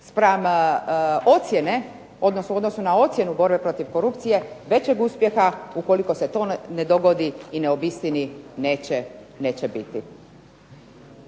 spram ocjene, odnosno u odnosu na ocjenu borbe protiv korupcije većeg uspjeha ukoliko se to ne dogodi i ne obistini neće biti.